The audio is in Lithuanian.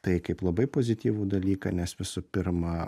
tai kaip labai pozityvų dalyką nes visų pirma